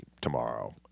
tomorrow